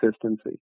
consistency